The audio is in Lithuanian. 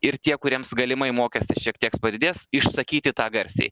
ir tie kuriems galimai mokestis šiek tiek padidės išsakyti tą garsiai